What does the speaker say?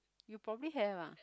you probably have ah